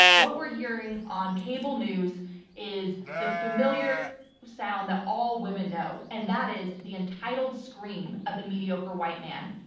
what we're hearing on cable news is the familiar sound that all women know, and that is the entitled scream of the mediocre white man,